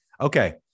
Okay